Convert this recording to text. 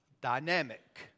dynamic